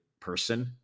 person